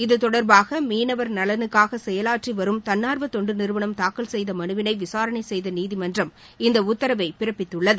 இதுதொடர்பாக மீனவர் நலனுக்காக செயலாற்றி வரும் தன்னார்வ தொண்டு நிறுவனம் தாக்கல் செய்த மனுவினை விசாரணை செய்த நீதிமன்றம் இந்த உத்தரவைப் பிறப்பிததுள்ளது